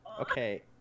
okay